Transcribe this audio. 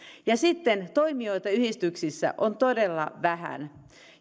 ja sitten toimijoita yhdistyksissä on todella vähän